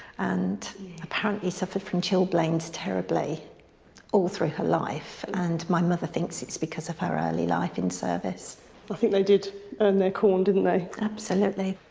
and apparently suffered from chilblains terribly all through her life, and my mother thinks it's because of her early life in service. i think they did earn their corn, didn't they? absolutely.